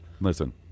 Listen